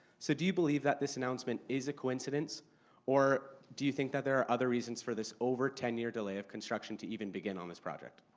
so, do you believe that this announcement is a coincidence or do you think that there are other reasons for this over ten year delay of construction to even begin on this project?